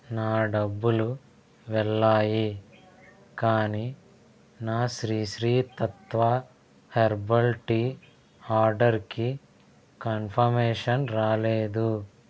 నా డబ్బులు వెళ్ళాయి కానీ నా శ్రీ శ్రీ తత్వా హెర్బల్ టీ ఆర్డర్కి కన్ఫమేషన్ రాలేదు